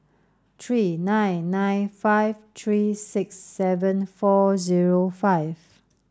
three nine nine five three six seven four zero five